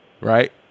right